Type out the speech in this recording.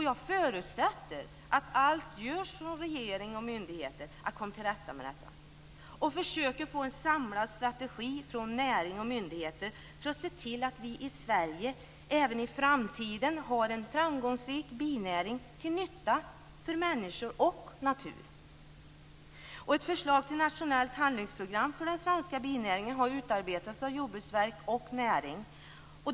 Jag förutsätter att allt görs från regeringen och myndigheter för att vi skall komma till rätta med problemen och för att vi skall få en samlad strategi från näring och myndigheter, så att vi i Sverige även i framtiden kan ha en framgångsrik binäring till nytta för människor och natur. Ett förslag till nationellt handlingsprogram för den svenska binäringen har utarbetats av Jordbruksverket och näringen.